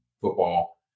football